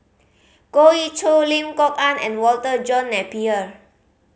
Goh Ee Choo Lim Kok Ann and Walter John Napier